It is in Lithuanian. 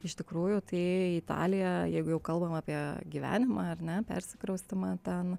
iš tikrųjų tai italija jeigu jau kalbam apie gyvenimą ar ne persikraustymą ten